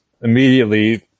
immediately